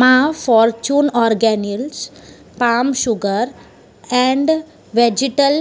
मां fortune organics palm sugar and vegetal